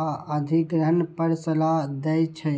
आ अधिग्रहण पर सलाह दै छै